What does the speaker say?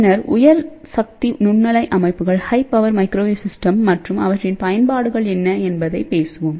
பின்னர் உயர் சக்தி நுண்ணலை அமைப்புகள் மற்றும் அவற்றின் பயன்பாடுகள் என்ன என்பதையும் பேசுவோம்